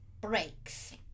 breaks